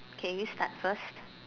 can you start first